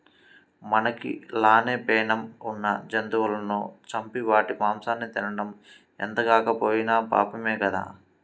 మనకి లానే పేణం ఉన్న జంతువులను చంపి వాటి మాంసాన్ని తినడం ఎంతగాకపోయినా పాపమే గదా